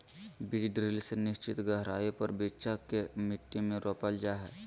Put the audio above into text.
बीज ड्रिल से निश्चित गहराई पर बिच्चा के मट्टी में रोपल जा हई